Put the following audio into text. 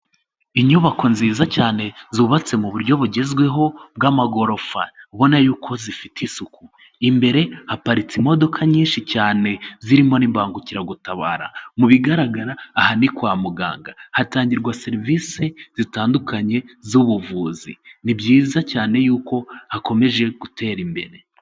Inyubako nziza cyane zubatse mu buryo bugezweho bw'amagorofa, ubona y'uko zifite isuku, imbere haparitse imodoka nyinshi cyane, zirimo n'imbangukiragutabara, mu bigaragara aha ni kwa muganga, hatangirwa serivisi zitandukanye z'ubuvuzi, ni byiza cyane y'uko hakomeje gutera imbere.